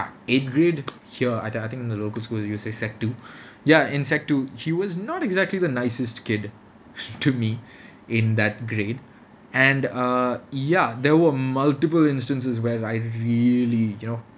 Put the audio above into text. eighth grade here I think I think in the local school you'll say sec two ya in sec two he was not exactly the nicest kid to me to in that grade and err ya there were multiple instances where I really you know